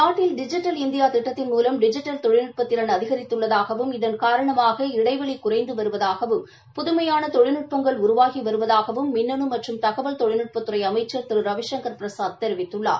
நாட்டில் digital India திட்டத்தின் மூலம் டிஜிட்டல் தொழில்நுட்ப திறன் அதிகித்துள்ளதாகவும் இதன் காரணமாக இடைவெளி குறைந்து வருவதாகவும் புதுமையான தொழில்நுட்பங்கள் உருவாகி வருவதாகவும் மின்னனு மற்றும் தகவல் தொழில்நுட்பத்துறை அமைச்ச் திரு ரவிசங்கர் பிரசாத் தெரிவித்துள்ளார்